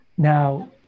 now